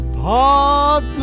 park